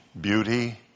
beauty